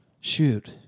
shoot